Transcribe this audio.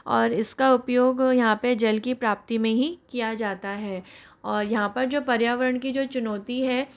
और इसका उपयोग यहाँ पे जल की प्राप्ति में ही किया जाता है और यहाँ पर जो पर्यावरण की जो चुनौती है